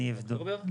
אני אבדוק.